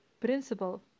principle